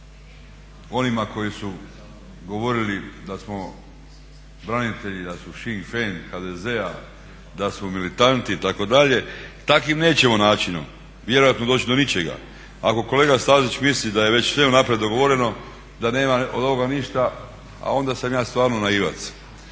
onima koji su govorili da smo branitelji da su …/Govornik se ne razumije./… da su militanti itd. Takvim nećemo načinom vjerojatno doći do ničega. Ako kolega Stazić misli da je već sve unaprijed dogovoreno, da nema od ovoga ništa a onda sam ja stvarno naivac.